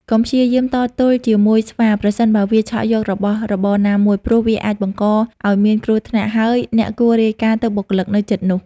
កុំព្យាយាមតទល់ជាមួយស្វា ប្រសិនបើវាឆក់យករបស់របរណាមួយ ព្រោះវាអាចបង្កឱ្យមានគ្រោះថ្នាក់ ហើយអ្នកគួររាយការណ៍ទៅបុគ្គលិកនៅជិតនោះ។